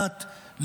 דת,